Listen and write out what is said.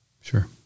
Sure